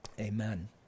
Amen